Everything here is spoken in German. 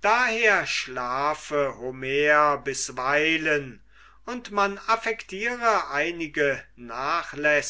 daher schlafe homer bisweilen und man affektire einige